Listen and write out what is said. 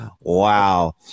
Wow